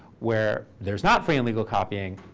where there's not free and legal copying,